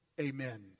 Amen